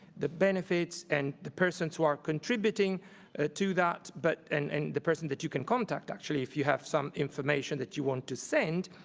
the benefits, and the persons who are contributing ah to that, but and and the person that you can contact actually if you have some information that you want to send.